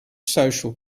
social